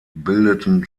bildeten